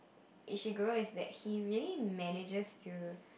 Ishiguro is that he really manages to